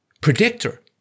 predictor